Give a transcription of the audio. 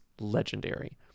Legendary